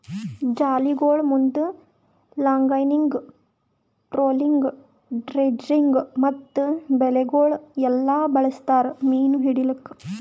ಜಾಲಿಗೊಳ್ ಮುಂದ್ longlining, trolling, dredging ಮತ್ತ ಬಲೆಗೊಳ್ ಎಲ್ಲಾ ಬಳಸ್ತಾರ್ ಮೀನು ಹಿಡಿಲುಕ್